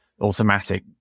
Automatic